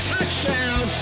Touchdown